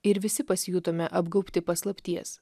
ir visi pasijutome apgaubti paslapties